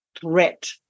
threat